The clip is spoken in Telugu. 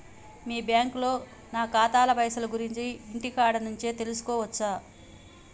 మీ బ్యాంకులో నా ఖాతాల పైసల గురించి ఇంటికాడ నుంచే తెలుసుకోవచ్చా?